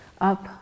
up